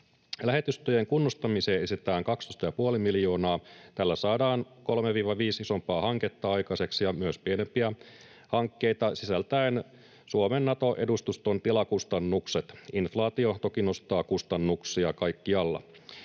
Lähetystöjen kunnostamiseen esitetään 12,5 miljoonaa. Tällä saadaan 3—5 isompaa hanketta aikaiseksi ja myös pienempiä hankkeita sisältäen Suomen Nato-edustuston tilakustannukset. Inflaatio toki nostaa kustannuksia kaikkialla.